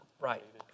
right